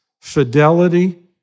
fidelity